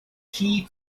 key